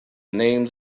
names